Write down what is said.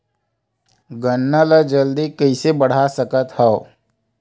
गन्ना ल जल्दी कइसे बढ़ा सकत हव?